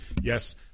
Yes